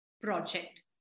project